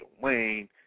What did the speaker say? Wayne